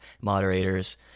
moderators